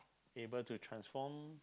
able to transform